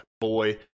boy